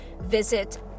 Visit